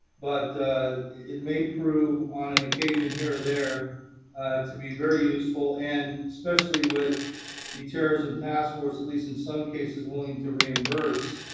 but it may prove on an occasion here or there to be very useful and especially with the terrorism task force, at least in some cases willing to reimburse